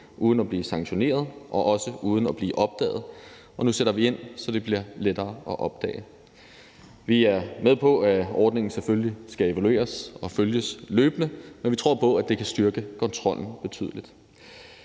uden at blive sanktioneret og også uden at blive opdaget. Nu sætter vi ind, så det bliver lettere at opdage. Vi er med på, at ordningen selvfølgelig skal evalueres og følges løbende, men vi tror på, at det kan styrke kontrollen betydeligt.